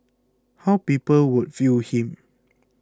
how people would view him